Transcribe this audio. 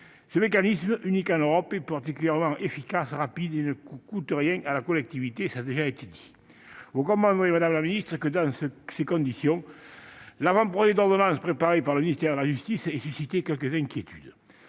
Ce mécanisme, unique en Europe, est particulièrement efficace, rapide et ne coûte rien à la collectivité. Vous comprendrez, madame la ministre, que, dans ces conditions, l'avant-projet d'ordonnance préparé par le ministère de la justice ait suscité quelques inquiétudes.